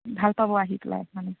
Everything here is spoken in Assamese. ভাল পাব আহি পেলাই মানে